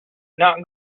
not